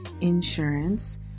insurance